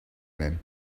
même